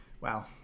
wow